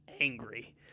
angry